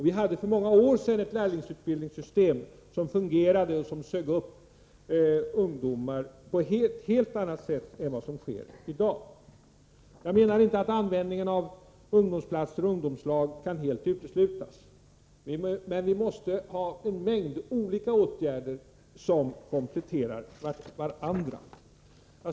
Vi hade för många år sedan ett lärlingsutbildningssystem som fungerade och som sög upp ungdomar på ett helt annat sätt än vad som sker i dag. Jag menar inte att användningen av ungdomsplatser och ungdomslag kan uteslutas helt, men vi måste ha en mängd olika åtgärder som kompletterar varandra.